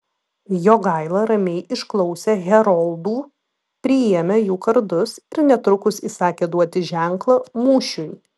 jogaila ramiai išklausė heroldų priėmė jų kardus ir netrukus įsakė duoti ženklą mūšiui